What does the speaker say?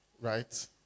right